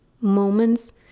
moments